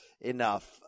enough